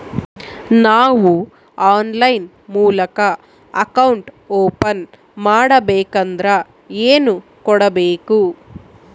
ನಾವು ಆನ್ಲೈನ್ ಮೂಲಕ account open ಮಾಡಬೇಂಕದ್ರ ಏನು ಕೊಡಬೇಕು?